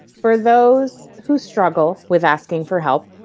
for those who struggle with asking for help,